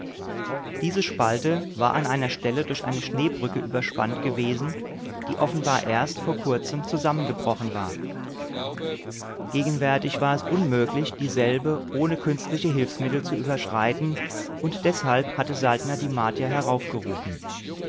diese spalte war an einer stelle durch eine schneebrücke überspannt gewesen die offenbar erst vor kurzem zusammengebrochen war gegenwärtig war es unmöglich dieselbe ohne künstliche hilfsmittel zu überschreiten und deshalb hatte saltner die martier